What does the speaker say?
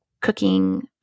cooking